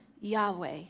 Yahweh